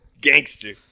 gangster